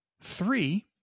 Three